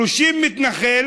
30 מתנחלים